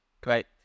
Great